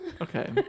Okay